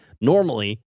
normally